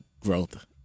growth